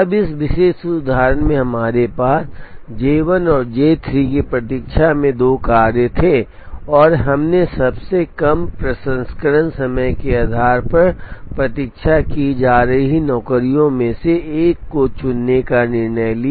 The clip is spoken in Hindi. अब इस विशेष उदाहरण में हमारे पास J 1 और J 3 की प्रतीक्षा में दो कार्य थे और हमने सबसे कम प्रसंस्करण समय के आधार पर प्रतीक्षा की जा रही नौकरियों में से एक को चुनने का निर्णय लिया